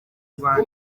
rwanda